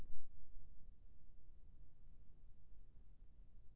धान के बाली म काला धब्बा काहे बर होवथे?